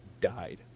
died